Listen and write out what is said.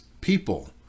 people